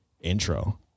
intro